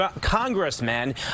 congressman